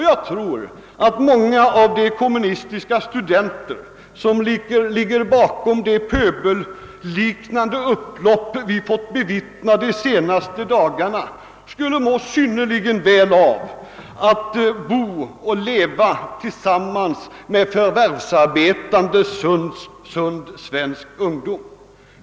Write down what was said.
Enligt min mening skulle många av de kommunistiska studenter, som ligger bakom de pöbelliknande upplopp vi fått bevittna de senaste dagarna, må synnerligen väl av att bo och leva tillsammans med förvärvsarbetan de, sund, svensk ungdom.